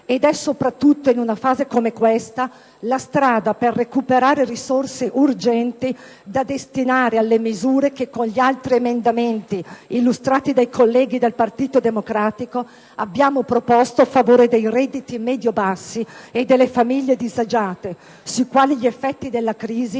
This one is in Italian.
ed è, soprattutto in una fase come questa, la strada per recuperare risorse urgenti da destinare alle misure che con gli altri emendamenti illustrati dai colleghi del Partito Democratico abbiamo proposto a favore dei redditi medio-bassi e delle famiglie disagiate, sui quali gli effetti della crisi